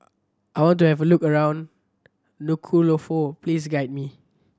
I want to have a look around Nuku'alofa please guide me